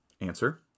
Answer